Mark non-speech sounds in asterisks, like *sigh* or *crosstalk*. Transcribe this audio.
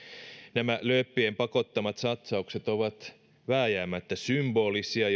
nämä lööppien pakottamat satsaukset ovat vääjäämättä symbolisia *unintelligible*